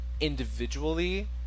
individually